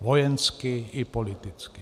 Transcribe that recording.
Vojensky i politicky.